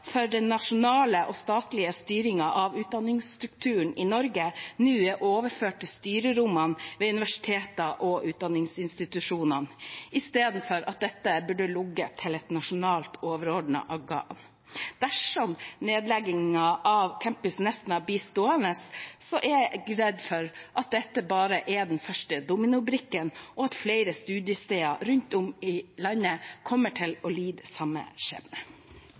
for at den nasjonale og statlige styringen av utdanningsstrukturen i Norge nå er overført til styrerommene ved universiteter og utdanningsinstitusjoner i stedet for at dette burde ligget til et nasjonalt overordnet organ. Dersom nedleggingen av Campus Nesna blir stående, er jeg redd for at dette bare er den første dominobrikken, og at flere studiesteder rundt om i landet kommer til å lide samme